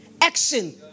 action